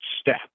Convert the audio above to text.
step